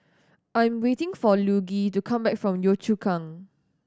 I'm waiting for Luigi to come back from Yio Chu Kang